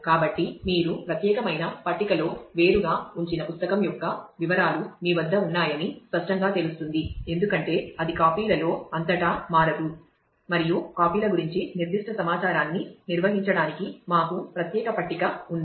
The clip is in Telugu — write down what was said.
కాబట్టి మీరు ప్రత్యేకమైన పట్టికలో వేరుగా ఉంచిన పుస్తకం యొక్క వివరాలు మీ వద్ద ఉన్నాయని స్పష్టంగా తెలుస్తుంది ఎందుకంటే అది కాపీలలో అంతటా మారదు మరియు కాపీల గురించి నిర్దిష్ట సమాచారాన్ని నిర్వహించడానికి మాకు ప్రత్యేక పట్టిక ఉంది